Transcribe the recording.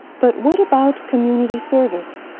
but what about community service?